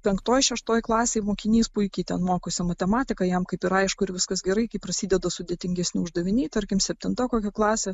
penktoj šeštoj klasėj mokinys puikiai ten mokosi matematiką jam kaip ir aišku ir viskas gerai kai prasideda sudėtingesni uždaviniai tarkim septintokų klasė